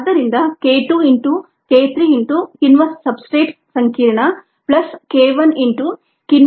ಆದ್ದರಿಂದ k2 into k3 into ಕಿಣ್ವ substrate ಸಂಕೀರ್ಣ ಪ್ಲಸ್ k 1 ಇಂಟು ಕಿಣ್ವ ಸಬ್ಸ್ಟ್ರೇಟ್ ಸಂಕೀರ್ಣ ಇಂಟು S